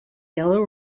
yellow